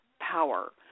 power